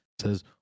says